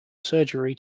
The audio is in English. surgery